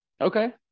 Okay